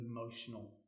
emotional